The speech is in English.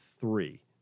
three